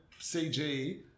CG